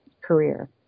career